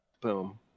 boom